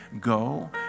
go